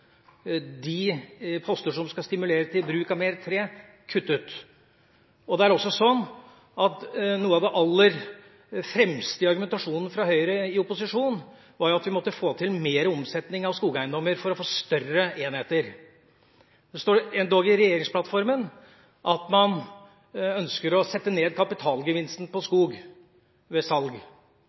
De postene som skal stimulere til mer bruk av tre, er kuttet. Noe av det aller fremste i argumentasjonen fra Høyre i opposisjon var jo at vi måtte få til mer omsetning av skogeiendommer for å få større enheter. Det står endog i regjeringsplattformen at man ønsker å sette ned kapitalgevinsten på skog ved salg.